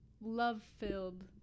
love-filled